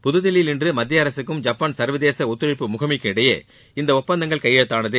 புதுதில்லியில் இன்று மத்திய அரசுக்கும் ஜப்பான் சர்வதேச ஒத்துழைப்பு முகமைக்கும் இடையே இந்த ஒப்பந்தங்கள் கையெழுத்தானது